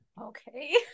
Okay